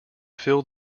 fill